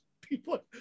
People